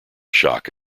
shock